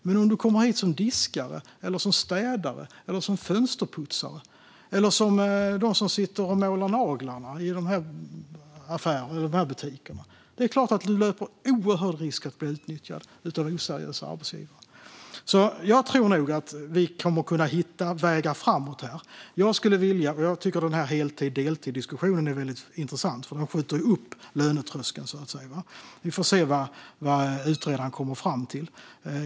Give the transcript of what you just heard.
Men om du kommer hit som diskare, städare, fönsterputsare eller som de som sitter och målar naglar i butikerna är det klart att du löper en oerhörd risk att bli utnyttjad av oseriösa arbetsgivare. Jag tror nog att vi kommer att kunna hitta vägar framåt. Jag tycker att diskussionen om heltid och deltid är väldigt intressant. Då skjuter man upp lönetröskeln. Vi får se vad utredaren kommer fram till.